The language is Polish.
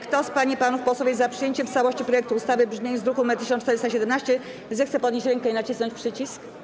Kto z pań i panów posłów jest za przyjęciem w całości projektu ustawy w brzmieniu z druku nr 1417, zechce podnieść rękę i nacisnąć przycisk.